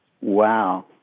wow